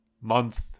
month